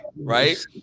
right